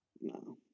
No